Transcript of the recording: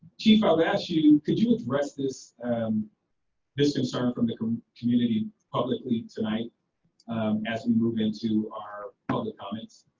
chief i've asked you, could you address this um this concern from the community publicly tonight as we move into our public comments?